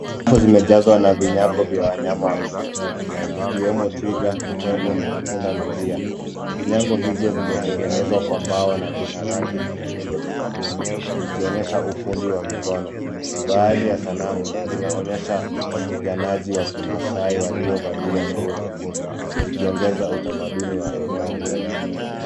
zimejazwa na vinyango vya wanyama wa kiafrika ikiwemo twiga, tembo na pundamilia. Vinyago hivyo vimetengenzwa kwa mbao na vina rangi na muundo tofauti vikionyesha ufundi wa mikono. Baadhi ya sanamu zinaonyesha wapiganaji wa kimaasai waliovalia nguo nyekundu zikiongeza utamaduni wa eneo hilo.